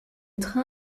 train